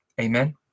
Amen